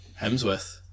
Hemsworth